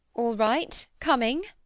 all right. coming.